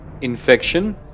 infection